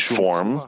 form